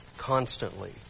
Constantly